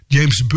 James